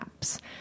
apps